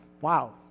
Wow